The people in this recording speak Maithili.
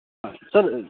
सर